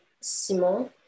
Simon